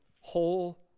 whole